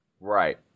Right